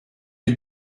you